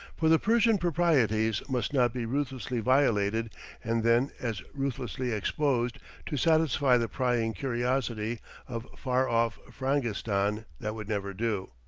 for the persian proprieties must not be ruthlessly violated and then as ruthlessly exposed to satisfy the prying curiosity of far off frangistan that would never do.